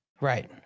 right